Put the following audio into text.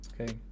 okay